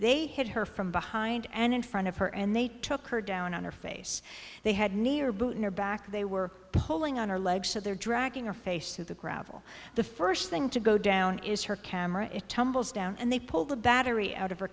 they hit her from behind and in front of her and they took her down on her face they had near buton her back they were pulling on her leg so they're dragging her face to the gravel the first thing to go down is her camera it tumbles down and they pull the battery out of